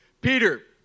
Peter